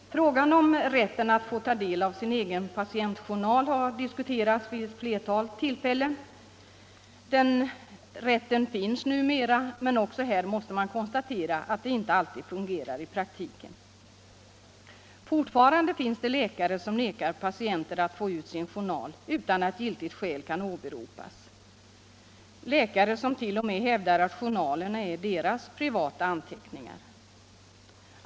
Frågan om rätten att ta del av sin egen patientjournal har diskuterats vid ett flertal tillfällen. Den rätten finns numera, men också här måste man konstatera att den inte alltid fungerar i praktiken. Fortfarande finns det läkare som nekar patienter att få se sin journal utan att giltigt skäl kan åberopas och läkare som t.o.m. hävdar att journalerna är deras privata anteckningar.